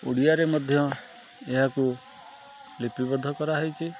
ଓଡ଼ିଆରେ ମଧ୍ୟ ଏହାକୁ ଲିପିବଦ୍ଧ କରାହେଇଛି